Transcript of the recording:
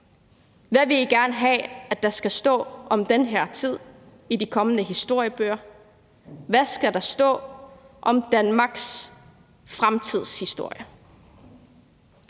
Hvad vil I gerne have at der skal stå om den her tid i de kommende historiebøger? Hvad skal der stå om Danmarks fremtids historie?